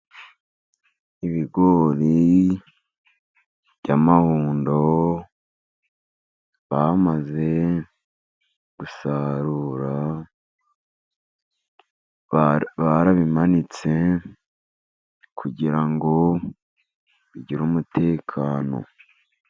Ibigori by'amahundo bamaze gusarura, barabimanitse kugira ngo bigire umutekano.